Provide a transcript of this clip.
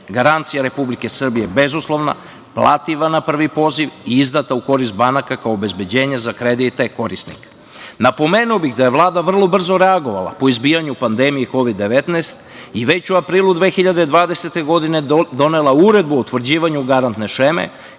Garancija Republike Srbije je bezuslovna, plativa na prvi poziv i izdata u korist banaka kao obezbeđenje za kredite korisnika. Napomenuo bih da je Vlada vrlo brzo reagovala po izbijanju pandemije Kovid-19 i već u aprilu 2020. godine donela uredbu o utvrđivanju garantne šeme